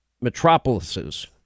metropolises